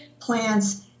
plants